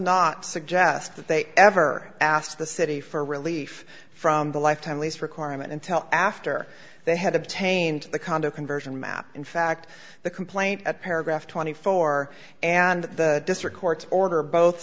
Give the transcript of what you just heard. not suggest that they ever asked the city for relief from the lifetime least requirement until after they had obtained the condo conversion map in fact the complaint at paragraph twenty four and the district court order both